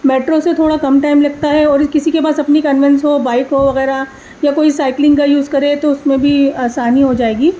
metro سے تھوڑا کم ٹائم لگتا ہے اور کسی کے پاس اپنی کنوینس ہو بائک ہو وغیرہ یا کوئی سائیکلنگ کا یوز کرے تو اس میں بھی آسانی ہو جائے گی